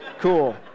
Cool